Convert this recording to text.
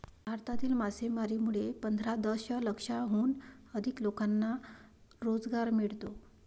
भारतातील मासेमारीमुळे पंधरा दशलक्षाहून अधिक लोकांना रोजगार मिळतो